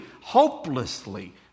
hopelessly